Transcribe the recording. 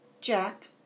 Jack